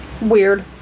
Weird